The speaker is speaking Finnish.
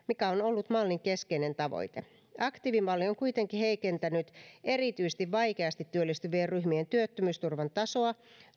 mikä on ollut mallin keskeinen tavoite aktiivimalli on kuitenkin heikentänyt erityisesti vaikeasti työllistyvien ryhmien työttömyysturvan tasoa